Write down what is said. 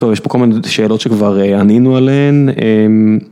טוב, יש פה כל מיני שאלות ‫שכבר ענינו עליהן.